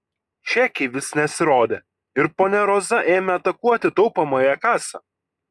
čekiai vis nesirodė ir ponia roza ėmė atakuoti taupomąją kasą